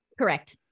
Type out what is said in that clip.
Correct